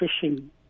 fishing